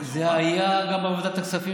זה היה גם בוועדת הכספים,